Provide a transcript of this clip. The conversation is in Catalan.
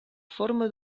forma